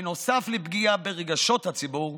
בנוסף לפגיעה ברגשות הציבור,